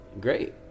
Great